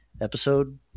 episode